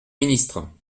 ministre